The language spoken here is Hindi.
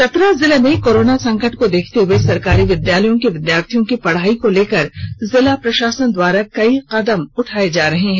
चतरा जिले में कोरोना संकट को देखते हुए सरकारी विद्यालयों के विद्यार्थियों की पढ़ाई को लेकर जिला प्रशासन द्वारा द्वारा कई कदम उठाए जा रहे हैं